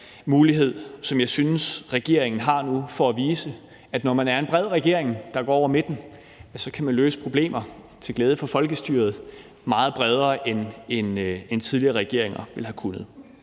mulighed, som jeg synes regeringen har nu, for at vise, at når man er en bred regering, der går over midten, så kan man løse problemer til glæde for folkestyret meget bredere, end tidligere regeringer ville have kunnet.